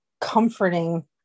comforting